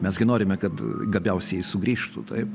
mes gi norime kad gabiausieji sugrįžtų taip